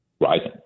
rising